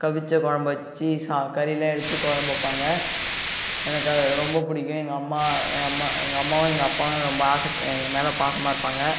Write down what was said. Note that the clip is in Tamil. கவிச்ச குழம்பு வச்சு கறி எல்லாம் எடுத்து குழம்பு வைப்பாங்க எனக்கு அது ரொம்ப பிடிக்கும் எங்கள் அம்மா எங்கள் அம்மாவும் எங்கள் அப்பாவும் ரொம்ப ஆசை எங்கள் மேல் பாசமாக இருப்பாங்க